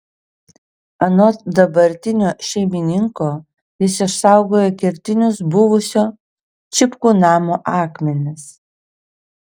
anot dabartinio šeimininko jis išsaugojo kertinius buvusio čipkų namo akmenis